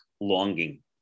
longing